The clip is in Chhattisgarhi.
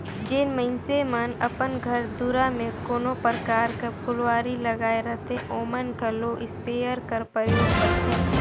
जेन मइनसे मन अपन घर दुरा में कोनो परकार कर फुलवारी लगाए रहथें ओमन घलो इस्पेयर कर परयोग करथे